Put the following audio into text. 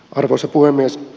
arvoisa puhemies